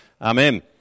Amen